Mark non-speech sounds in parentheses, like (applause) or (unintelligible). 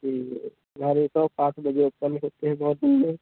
जी जी हमारी शॉप पाँच बजे बंद होती है (unintelligible)